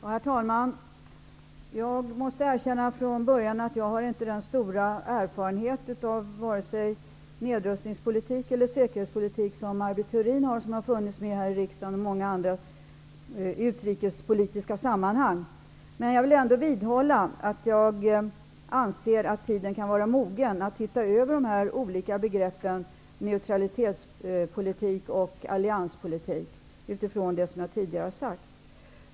Herr talman! Jag måste erkänna från början att jag inte har den stora erfarenhet av vare sig nedrustningspolitik eller säkerhetspolitik som Maj Britt Theorin har, som länge har funnits med här i riksdagen och i många andra utrikespolitiska sammanhang. Men jag vill ända vidhålla att jag anser att tiden nu kan vara mogen att man ser över de olika begreppen neutralitetspolitik och allianspolitik utifrån vad jag tidigare har sagt.